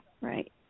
right